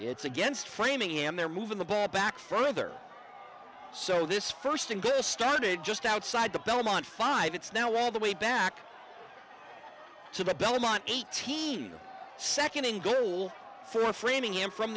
it's against framingham they're moving the ball back further so this first started just outside the belmont five it's now all the way back to the belmont eighteen second in goal for a framingham from